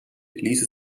ließe